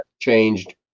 changed